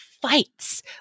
fights